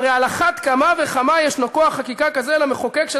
הרי על אחת כמה וכמה ישנו כוח חקיקה כזה למחוקק של